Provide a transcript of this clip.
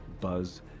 buzz